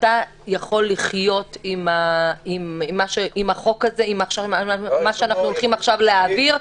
האם אתה יכול לחיות עם החוק הזה שהולכים עכשיו להעביר,